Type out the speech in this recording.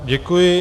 Děkuji.